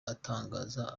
atangaza